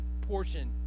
portion